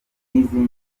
n’izindi